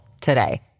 today